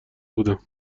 بودم